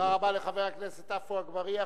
תודה רבה לחבר הכנסת עפו אגבאריה.